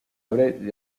abren